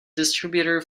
distributor